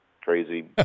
crazy